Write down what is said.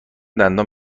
دندان